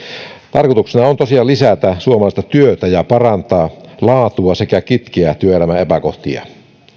tarkoituksena on tosiaan lisätä suomalaista työtä ja parantaa laatua sekä kitkeä työelämän epäkohtia